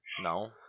No